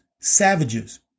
savages